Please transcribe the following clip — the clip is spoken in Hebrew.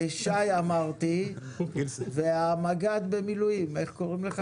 שי אמרתי, והמג"ד במילואים, איך קוראים לך?